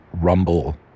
rumble